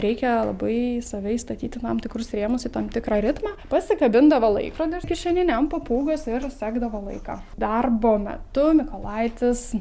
reikia labai save įstatyti į tam tikrus rėmus į tam tikrą ritmą pasikabindavo laikrodį kišeninį ant papūgos ir sekdavo laiką darbo metu mykolaitis